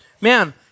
Man